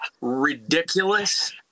ridiculous